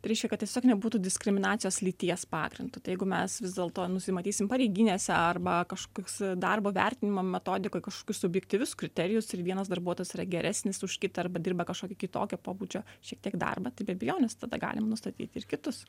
tai reiškia kad tiesiog nebūtų diskriminacijos lyties pagrindu tai jeigu mes vis dėlto nusimatysim pareiginėse arba kažkoks darbo vertinimo metodikoj kažkokius subjektyvius kriterijus ir vienas darbuotojas yra geresnis už kitą arba dirba kažkokį kitokį pobūdžio šiek tiek darbą tai be abejonės tada galim nustatyti ir kitus